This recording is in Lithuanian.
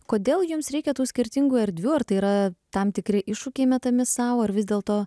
kodėl jums reikia tų skirtingų erdvių ar tai yra tam tikri iššūkiai metami sau ar vis dėlto